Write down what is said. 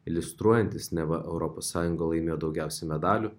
iliustruojantis neva europos sąjunga laimėjo daugiausiai medalių